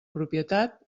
propietat